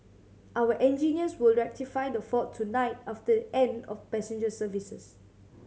our engineers will rectify the fault tonight after the end of passenger services